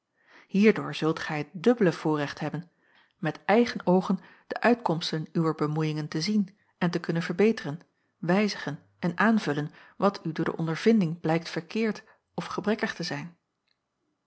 hierdoor zult gij het dubbele voorrecht hebben met eigen oogen de uitkomsten uwer bemoeiingen te zien en te kunnen verbeteren wijzigen en aanvullen wat u door de ondervinding blijkt verkeerd of gebrekkig te zijn